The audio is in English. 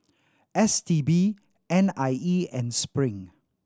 S T B N I E and Spring